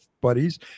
buddies